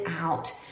out